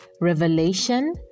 revelation